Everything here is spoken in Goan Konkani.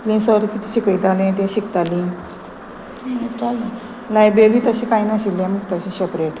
थंय सर कितें शिकयतालें तें शिकतालीं चल लायब्रेरी तशें कांय नाशिल्लें आमकां तशें सॅपरेट